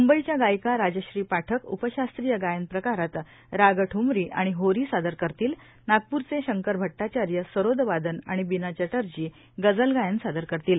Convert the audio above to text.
मुंबईच्या गायिका राजश्री पाठक उपशास्त्रीय गायन प्रकारात राग ठमरी आणि होरी सादर करतील नागप्रचे शंकर भट्टाचार्य सरोद वादन आणि बिना चप्टर्जी गजल गायन सादर करतील